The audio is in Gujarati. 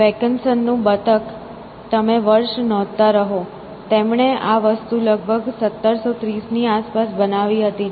વેકનસન નું બતક Vaucansons Duck તમે વર્ષ નોંધતા રહો તેમણે આ વસ્તુ લગભગ 1730 ની આસપાસ બનાવી હતી